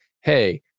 hey